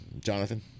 Jonathan